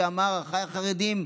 שאמר: אחיי החרדים,